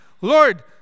Lord